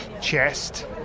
chest